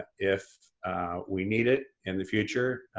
if we need it in the future,